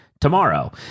tomorrow